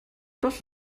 das